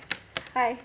hi